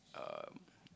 um